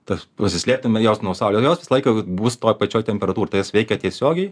taip pasislėptume jos nuo saulės ir jos visą laiką jau bus toj pačioj temperatūroj tai jas veikia tiesiogiai